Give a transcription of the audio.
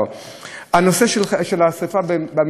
הנושא של השרפה במפרץ הוא רק,